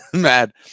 mad